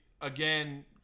again